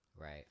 right